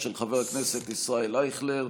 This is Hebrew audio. של חבר הכנסת ישראל אייכלר,